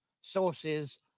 sources